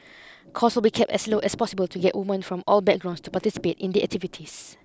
cost will be kept as low as possible to get women from all backgrounds to participate in the activities